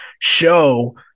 show